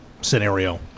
scenario